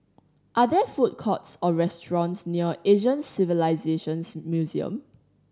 are there food courts or restaurants near Asian Civilisations Museum